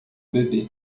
bebê